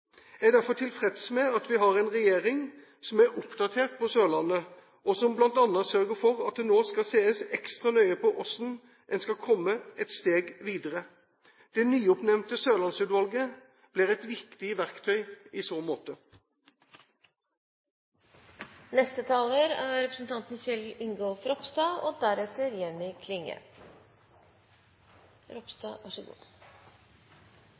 Jeg er derfor tilfreds med at vi har en regjering som er oppdatert på Sørlandet, og som bl.a. sørger for at det nå skal ses ekstra nøye på hvordan man skal komme et steg videre. Det nyoppnevnte Sørlandsutvalget blir et viktig verktøy i så måte. Debatten i dag, og for så vidt foregående innlegg, viser litt at det er